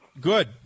Good